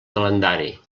calendari